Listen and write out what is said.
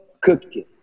cooking